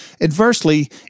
Adversely